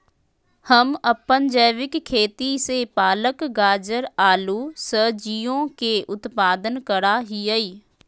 हम अपन जैविक खेती से पालक, गाजर, आलू सजियों के उत्पादन करा हियई